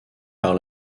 par